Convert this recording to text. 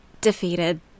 defeated